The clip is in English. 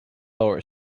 lower